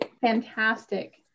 fantastic